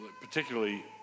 particularly